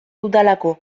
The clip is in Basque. dudalako